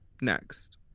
next